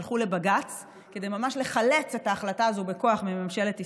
הלכו לבג"ץ כדי ממש לחלץ את ההחלטה הזו בכוח מממשלת ישראל.